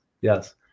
yes